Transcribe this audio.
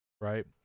right